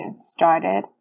started